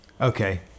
Okay